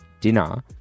dinner